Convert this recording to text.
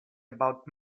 about